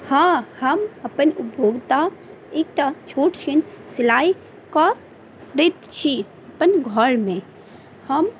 हँ हम अपन उपभोक्ता एकटा छोट छिन्न सिलाइ कऽ दैत छी अपन घरमे हम